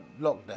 lockdown